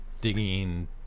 digging